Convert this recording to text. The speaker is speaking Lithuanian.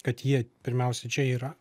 kad jie pirmiausia čia yra